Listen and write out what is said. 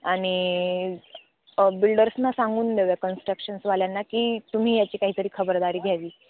आणि बिल्डर्सना सांगून देऊया कन्स्ट्रक्शनसवाल्यांना की तुम्ही याची काहीतरी खबरदारी घ्यावी